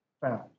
Found